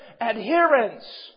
adherence